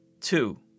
Two